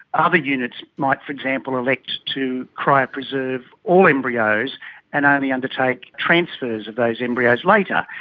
ah other units might, for example, elect to cryopreserve all embryos and only undertake transfers of those embryos later,